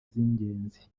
z’ingenzi